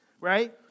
right